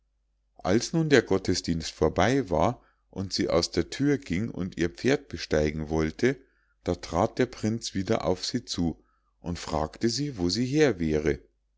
als nun der gottesdienst vorbei war und sie aus der thür ging und ihr pferd besteigen wollte da trat der prinz wieder auf sie zu und fragte sie wo sie her wäre